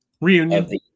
reunion